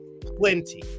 plenty